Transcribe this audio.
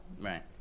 Right